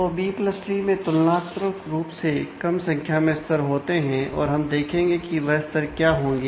तो B plus tree मैं तुलनात्मक रूप से कम संख्या में स्तर होते हैं और हम देखेंगे कि वह स्तर क्या होंगे